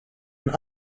and